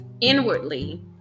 inwardly